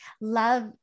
love